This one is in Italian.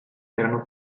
erano